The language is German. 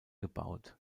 gebaut